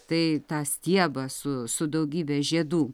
tai tą stiebą su su daugybe žiedų